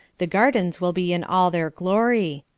the gardens will be in all their glory.